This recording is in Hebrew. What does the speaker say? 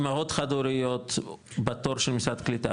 אימהות חד הורית בתור של משרד הקליטה,